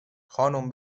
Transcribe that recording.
خانوم